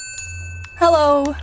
Hello